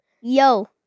Yo